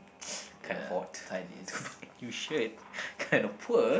can't afford to buy a new shirt kinda poor